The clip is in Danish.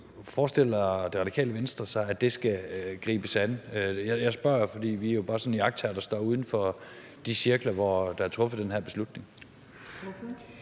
forestiller Det Radikale Venstre sig at det skal gribes an? Jeg spørger, fordi vi jo bare er iagttagere, der står udenfor de cirkler, hvor den her beslutning